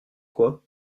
quoi